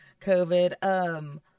covid